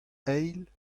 eil